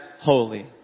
holy